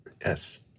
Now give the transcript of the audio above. Yes